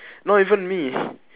not even me